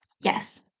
yes